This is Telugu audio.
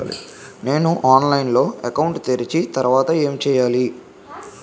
నేను ఆన్లైన్ లో అకౌంట్ తెరిచిన తర్వాత ఏం చేయాలి?